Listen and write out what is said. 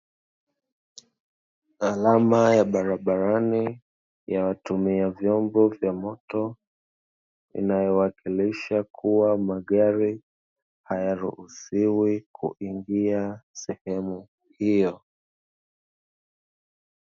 Alama ya barabarani ya watumia vyombo vya moto, inayowakilisha kuwa magari hayaruhusiwi kuingia sehemu hiyo.